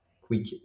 quick